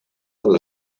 alla